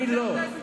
אני לא.